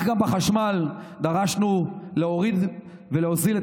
גם בחשמל דרשנו להוזיל ולהוריד את